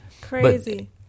Crazy